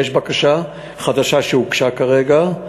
יש בקשה חדשה שהוגשה כרגע.